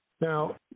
Now